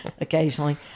occasionally